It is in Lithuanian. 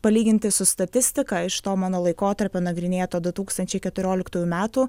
palyginti su statistika iš to mano laikotarpio nagrinėto du tūkstančiai keturioliktųjų metų